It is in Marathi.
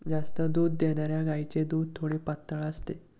जास्त दूध देणाऱ्या गायीचे दूध थोडे पातळ असते